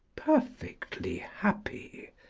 perfectly happy,